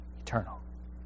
eternal